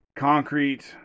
concrete